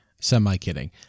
Semi-kidding